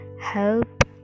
help